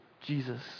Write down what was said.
Jesus